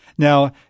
Now